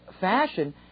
fashion